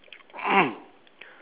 ya